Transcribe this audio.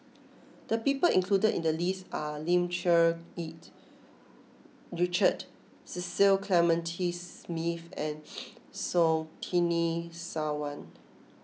the people included in the list are Lim Cherng Yih Richard Cecil Clementi Smith and Surtini Sarwan